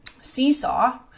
seesaw